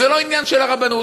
וזה לא עניין של הרבנות.